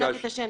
גברתי,